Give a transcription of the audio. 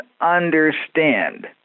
understand